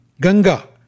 Ganga